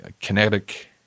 kinetic